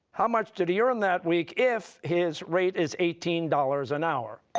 how much did he earn that week if his rate is eighteen dollars an hour?